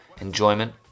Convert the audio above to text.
enjoyment